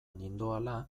nindoala